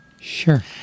Sure